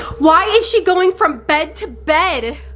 why is she going from bed to bed?